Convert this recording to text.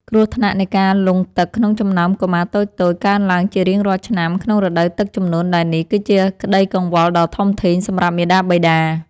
គ្រោះថ្នាក់នៃការលង់ទឹកក្នុងចំណោមកុមារតូចៗ កើនឡើងជារៀងរាល់ឆ្នាំក្នុងរដូវទឹកជំនន់ដែលនេះ គឺជាក្តីកង្វល់ដ៏ធំធេងសម្រាប់មាតាបិតា។